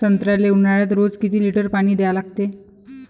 संत्र्याले ऊन्हाळ्यात रोज किती लीटर पानी द्या लागते?